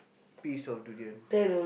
piece of durian